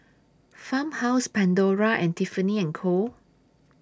Farmhouse Pandora and Tiffany and Co